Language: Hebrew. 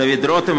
דוד רותם,